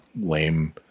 lame